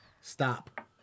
Stop